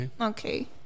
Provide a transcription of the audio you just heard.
okay